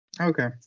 Okay